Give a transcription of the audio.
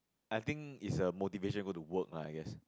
I think is a motivation go to work lah I guess